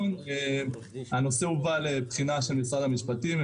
הנושא הובא לבחינה של משרד המשפטים.